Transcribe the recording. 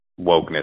wokeness